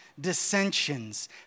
dissensions